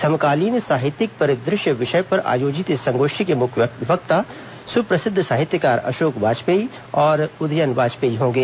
समकालीन साहित्यिक परिदृश्य विषय पर आयोजित इस संगोष्ठी के मुख्य वक्ता सुप्रसिद्ध साहित्यकार अशोक वाजपेयी और उदयन वाजपेयी होंगे